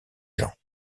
gens